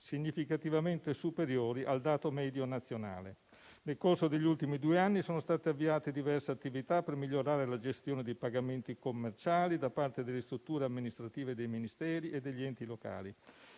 significativamente superiori al dato medio nazionale. Nel corso degli ultimi due anni sono state avviate diverse attività per migliorare la gestione dei pagamenti commerciali da parte delle strutture amministrative dei Ministeri e degli enti locali